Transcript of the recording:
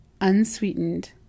unsweetened